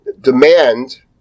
demand